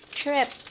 trip